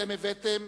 אתם הבאתם